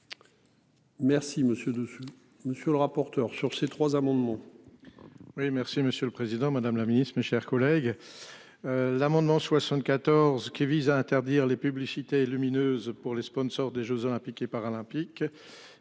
dessus. Monsieur le rapporteur. Sur ces trois amendements.